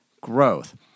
growth